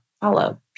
follow